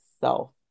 self